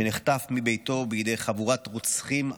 שנחטף מביתו בידי חבורת רוצחים,